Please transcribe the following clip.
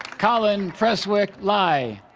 colin preswick ley